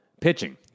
pitching